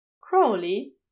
Crowley